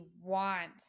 want